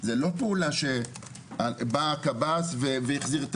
זה לא פעולה שבא הקב"ס והחזיר,